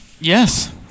Yes